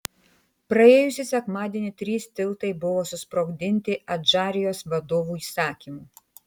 praėjusį sekmadienį trys tiltai buvo susprogdinti adžarijos vadovų įsakymu